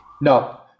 No